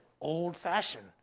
old-fashioned